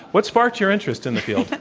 what sparked your interest in the field?